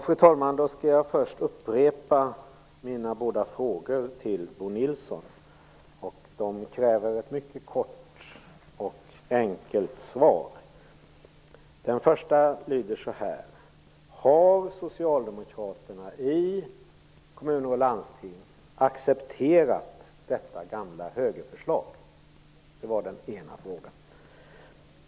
Fru talman! Jag skall först upprepa mina båda frågor till Bo Nilsson. De kräver ett mycket kort och enkelt svar. Den första lyder så här: Har socialdemokraterna i kommuner och landsting accepterat detta gamla högerförslag? Det var den ena frågan.